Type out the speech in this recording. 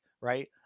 right